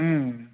अँ